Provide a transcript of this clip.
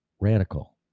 Radical